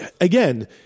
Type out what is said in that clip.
again